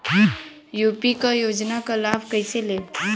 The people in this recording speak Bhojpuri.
यू.पी क योजना क लाभ कइसे लेब?